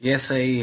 यह सही है